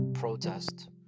Protest